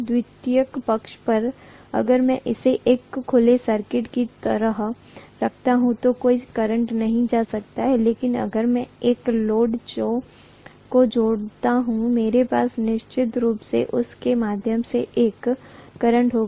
द्वितीयक पक्ष पर अगर मैं इसे एक खुले सर्किट की तरह रखता हूं तो कोई करंट नहीं जा सकता है लेकिन अगर मैं एक लोड को जोड़ता हूं मेरे पास निश्चित रूप से उस के माध्यम से एक करंट होगा